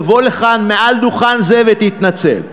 תבוא לכאן ומעל דוכן זה תתנצל.